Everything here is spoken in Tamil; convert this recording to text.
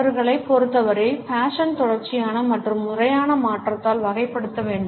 அவர்களைப் பொறுத்தவரை ஃபேஷன் தொடர்ச்சியான மற்றும் முறையான மாற்றத்தால் வகைப்படுத்தப்பட வேண்டும்